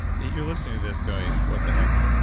you're listening to this going, what the heck.